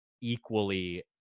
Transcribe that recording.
equally